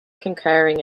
concurring